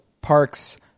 park's